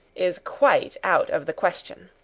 is quite out of the question.